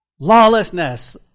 Lawlessness